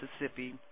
Mississippi